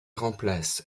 remplace